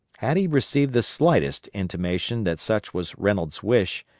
had he received the slightest intimation that such was reynolds' wish,